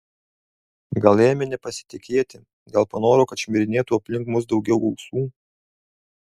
gal ėmė nepasitikėti gal panoro kad šmirinėtų aplink mus daugiau ausų